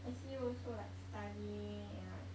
I see you also like studying and like